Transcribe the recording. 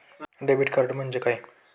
Debit card म्हणजे काय?